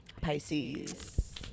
Pisces